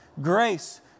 grace